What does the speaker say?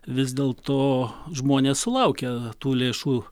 vis dėlto žmonės sulaukia tų lėšų